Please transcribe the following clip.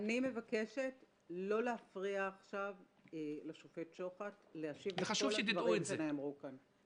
אני מבקשת לא להפריע עכשיו לשופט שוחט להשיב לכל הדברים שנאמרו כאן.